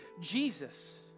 Jesus